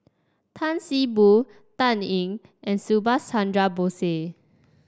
Tan See Boo Dan Ying and Subhas Chandra Bose